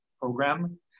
program